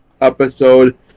episode